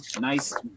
nice